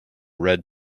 red